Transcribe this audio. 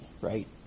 right